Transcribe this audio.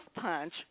Punch